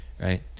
right